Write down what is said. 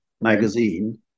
magazine